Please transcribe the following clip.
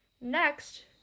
Next